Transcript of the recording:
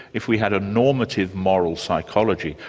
if we had a normative moral psychology,